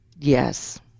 Yes